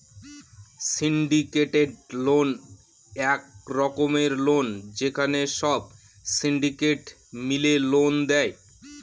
syndicated loan এক রকমের loan যেখানে সব সিন্ডিকেট মিলে লোন দেয়